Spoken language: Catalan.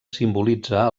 simbolitza